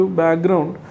background